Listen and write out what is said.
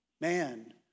man